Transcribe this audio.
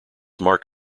mark